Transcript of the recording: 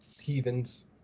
heathens